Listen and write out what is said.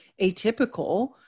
atypical